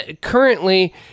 Currently